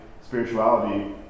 spirituality